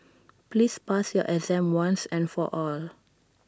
please pass your exam once and for all